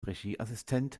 regieassistent